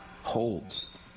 holds